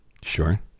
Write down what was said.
Sure